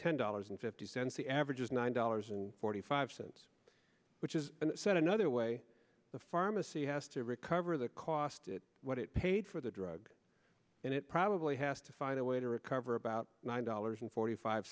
ten dollars and fifty cents the average is nine dollars and forty five cents which is set another way the pharmacy has to recover the cost what it paid for the drug and it probably has to find a way to recover about nine dollars and forty five